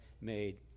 made